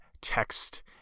text